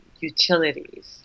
utilities